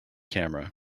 camera